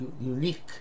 unique